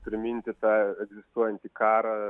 priminti tą egzistuojantį karą